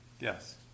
Yes